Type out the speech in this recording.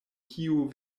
kiu